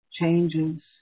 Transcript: changes